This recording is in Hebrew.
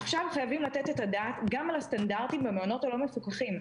עכשיו חייבים לתת את הדעת גם על הסטנדרטים במעונות הלא מפוקחים.